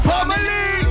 Family